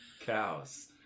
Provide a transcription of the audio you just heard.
cows